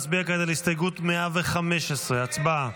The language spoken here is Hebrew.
נצביע כעת על הסתייגות 115. הצבעה.